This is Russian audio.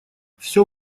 всё